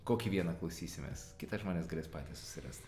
kokį vieną klausysimės kitą žmonės galės patys susirast